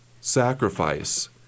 sacrifice